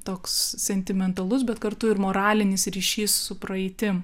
toks sentimentalus bet kartu ir moralinis ryšys su praeitim